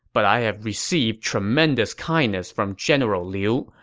but i have received tremendous kindness from general liu,